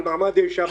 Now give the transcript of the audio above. על מעמד האישה,